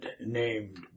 named